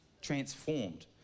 transformed